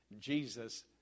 Jesus